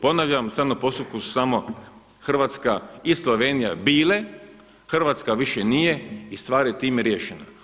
Ponavljam, strane u postupku samo Hrvatska i Slovenija bile, Hrvatska više nije i stvar je time riješena.